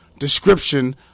description